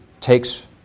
takes